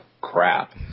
crap